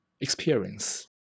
experience